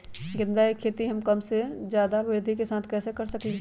गेंदा के खेती हम कम जगह में ज्यादा वृद्धि के साथ कैसे कर सकली ह?